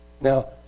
Now